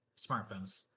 smartphones